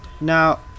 now